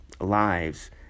lives